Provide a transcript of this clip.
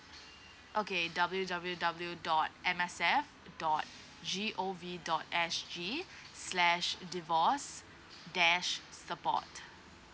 okay W W W dot M S F dot G O V dot S G slash divorce dash support